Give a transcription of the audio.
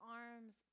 arms